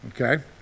okay